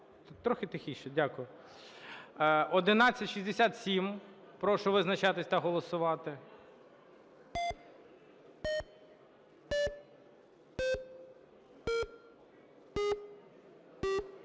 трохи тихіше. Дякую. 1167, прошу визначатися та голосувати.